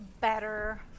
better